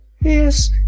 Yes